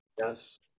Yes